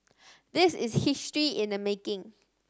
this is history in the making